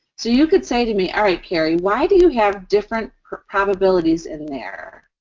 so, you could say to me, all right, kerri, why do you have different probabilities in there?